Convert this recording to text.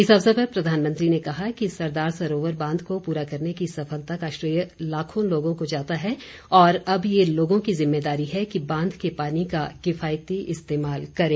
इस अवसर पर प्रधानमंत्री ने कहा कि सरदार सरोवर बांध को पूरा करने की सफलता का श्रेय लाखों लोगों को जाता है और अब यह लोगों की जिम्मेदारी है कि बांध के पानी का किफायती इस्तेमाल करें